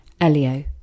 Elio